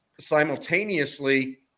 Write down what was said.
simultaneously